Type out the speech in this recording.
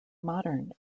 modern